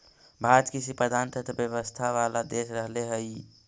भारत कृषिप्रधान अर्थव्यवस्था वाला देश रहले हइ